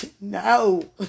No